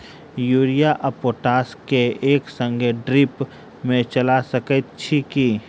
Urea आ potash केँ एक संगे ड्रिप मे चला सकैत छी की?